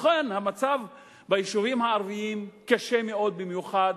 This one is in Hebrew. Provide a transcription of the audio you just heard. לכן המצב ביישובים הערביים קשה מאוד במיוחד,